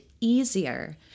easier